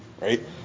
right